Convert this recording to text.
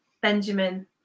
Benjamin